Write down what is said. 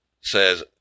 says